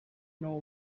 know